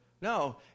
No